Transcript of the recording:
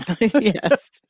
Yes